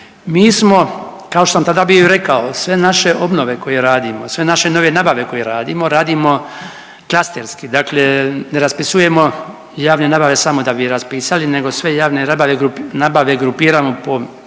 Mi smo kao što sam tada bio rekao sve naše obnove koje radimo, sve naše nove nabave koje radimo, radimo klasterski. Dakle, ne raspisujemo javne nabave samo da bi raspisali nego sve javne nabave grupiramo po naseljima